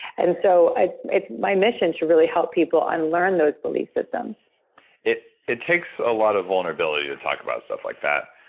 and so it's it's my mission to really help people unlearn those belief systems it it takes a lot of vulnerability to talk about stuff like that,